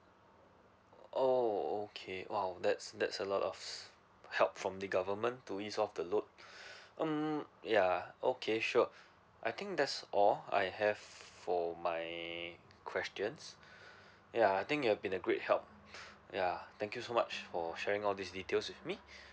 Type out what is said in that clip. oh okay !wow! that's that's a lot of help from the government to ease off the load mm yeah okay sure I think that's all I have for my questions ya I think you have been a great help yeah thank you so much for sharing all these details with me